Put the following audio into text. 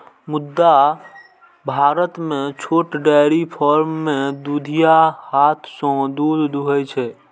मुदा भारत मे छोट डेयरी फार्म मे दुधिया हाथ सं दूध दुहै छै